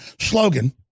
slogan